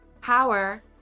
power